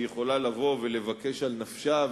שהיא יכולה לבוא ולבקש על נפשה,